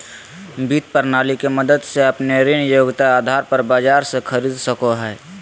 वित्त प्रणाली के मदद से अपने ऋण योग्यता आधार पर बाजार से खरीद सको हइ